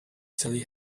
sally